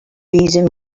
reason